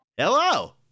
Hello